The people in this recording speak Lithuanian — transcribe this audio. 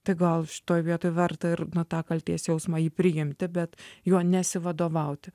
tai gal šitoj vietoj verta ir na tą kaltės jausmą jį priimti bet juo nesivadovauti